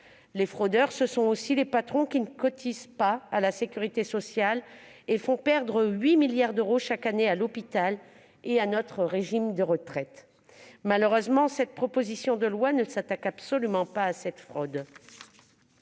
Les fraudeurs, ce sont aussi les patrons qui ne cotisent pas à la sécurité sociale et qui, chaque année, font perdre 8 milliards d'euros à l'hôpital et à notre régime de retraite. Malheureusement, cette proposition de loi ne s'attaque absolument pas à cette fraude.